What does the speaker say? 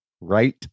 right